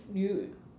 you